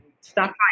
stop